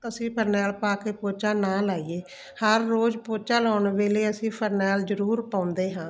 ਅਸੀਂ ਫਰਨੈਲ ਪਾ ਕੇ ਪੋਚਾ ਨਾ ਲਾਈਏ ਹਰ ਰੋਜ਼ ਪੋਚਾ ਲਾਉਣ ਵੇਲੇ ਅਸੀਂ ਫਰਨੈਲ ਜ਼ਰੂਰ ਪਾਉਂਦੇ ਹਾਂ